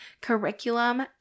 curriculum